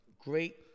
great